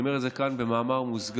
אני אומר את זה כאן במאמר מוסגר,